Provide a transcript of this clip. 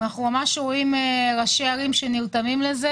אנחנו רואים ראשי ערים שנרתמים לזה